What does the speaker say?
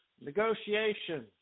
negotiation